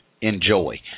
Enjoy